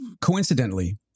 Coincidentally